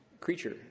creature